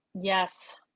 Yes